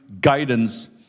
guidance